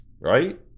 Right